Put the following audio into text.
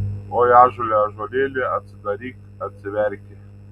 oi ąžuole ąžuolėli atsidaryk atsiverki